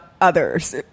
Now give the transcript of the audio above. others